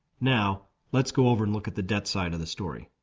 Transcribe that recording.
now let's go over and look at the debt side of the story.